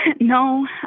no